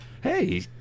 hey